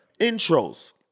Intros